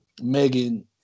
Megan